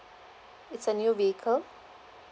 it's a new vehicle